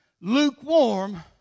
lukewarm